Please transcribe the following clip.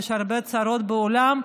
יש הרבה צרות בעולם,